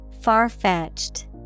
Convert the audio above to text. Far-fetched